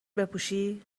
بپوشی